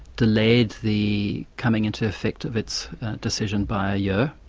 delayed the coming into effect of its decision by a year,